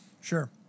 Sure